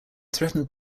threatened